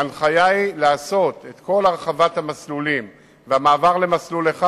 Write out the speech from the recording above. ההנחיה היא לעשות את כל הרחבת המסלולים והמעבר למסלול אחד,